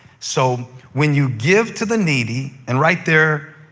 so when you give to the needy, and right there,